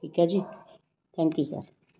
ਠੀਕ ਹੈ ਜੀ ਥੈਂਕ ਯੂ ਸਰ